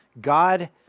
God